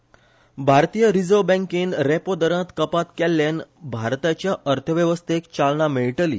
आय भारतीय रिजर्व बँकेन रेपो दरांत कपात केल्ल्यान भारताच्या अर्थव्यवस्थेक चालना मेळटली